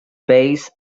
base